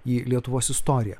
į lietuvos istoriją